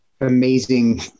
amazing